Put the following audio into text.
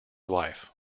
wife